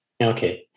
Okay